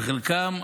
וחלקם,